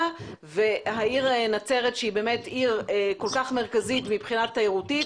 והעיר נצרת שהיא באמת עיר כל כך מרכזית מבחינה תיירותית,